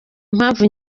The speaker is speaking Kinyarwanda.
impamvu